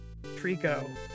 Trico